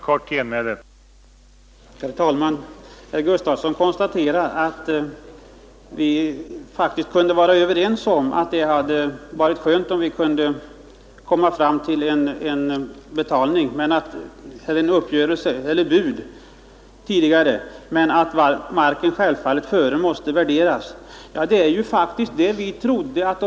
Herr talman! Herr Gustafsson i Uddevalla konstaterar också att det hade varit skönt om det hade kunnat träffas en uppgörelse eller lämnas ett bud tidigare men att marken självfallet dessförinnan måste ha värderats.